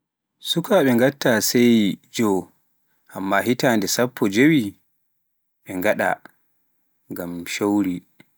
sukaaɓe ngatta seeyi joo, amma hitaande sappo jeewii nɓe ngaɗa ngam showri